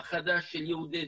המנהיגות החדשה של יהודי